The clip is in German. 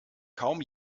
kaum